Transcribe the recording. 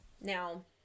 Now